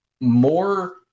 more